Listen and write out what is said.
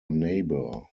neighbour